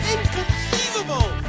Inconceivable